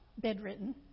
bedridden